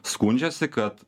skundžiasi kad